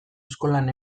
eskolan